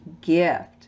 Gift